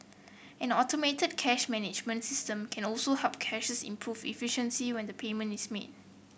an automated cash management system can also help cashiers improve efficiency when the payment is made